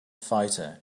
fighter